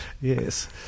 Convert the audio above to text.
Yes